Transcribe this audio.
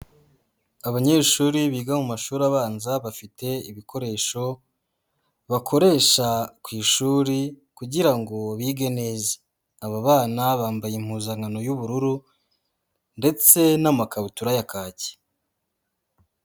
Abanyeshuri biga mu mashuri abanza bafite ibikoresho, bakoresha ku ishuri, kugira ngo bige neza. Aba bana bambaye impuzankano y'ubururu, ndetse n'amakabutura ya kaki.